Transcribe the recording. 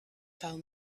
found